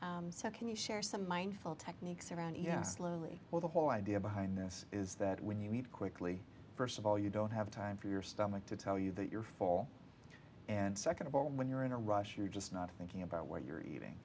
quickly so can you share some mindful techniques around us slowly or the whole idea behind this is that when you eat quickly first of all you don't have time for your stomach to tell you that you're fall and second of all when you're in a rush you're just not thinking about where you're eating